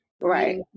right